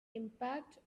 impact